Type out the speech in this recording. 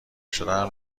شدنم